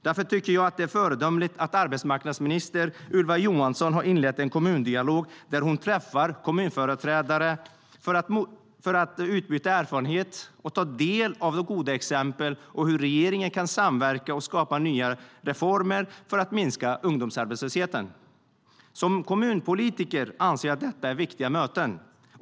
Därför tycker jag att det är föredömligt att arbetsmarknadsminister Ylva Johansson har inlett en kommundialog där hon träffar kommunföreträdare för att utbyta erfarenheter, ta del av goda exempel och se hur regeringen kan samverka och skapa nya former för att minska ungdomsarbetslösheten. Som kommunpolitiker anser jag att detta är viktiga möten.